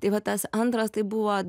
tai vat tas antras tai buvo